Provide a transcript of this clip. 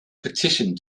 petition